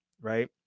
right